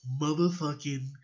motherfucking